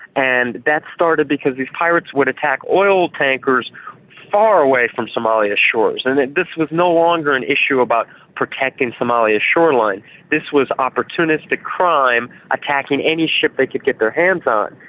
and that started because these pirates would attack oil tankers away from somalia's shores. and and this was no longer an issue about protecting somalia's shoreline this was opportunistic crime, attacking any ship they could get their hands on.